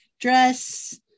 dress